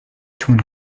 tun